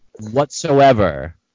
whatsoever